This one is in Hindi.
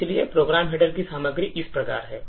इसलिए प्रोग्राम हेडर की सामग्री इस प्रकार है